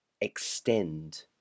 extend